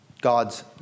God's